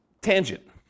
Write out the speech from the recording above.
tangent